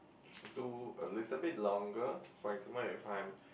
do a little bit longer for example if I'm